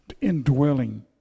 indwelling